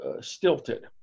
stilted